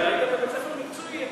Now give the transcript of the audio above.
אבל היית בבית-ספר מקצועי.